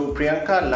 Priyanka